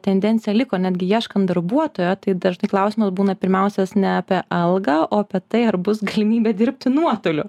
tendencija liko netgi ieškant darbuotojo tai dažnai klausimas būna pirmiausias ne apie algą o apie tai ar bus galimybė dirbti nuotoliu